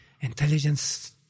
intelligence